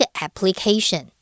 application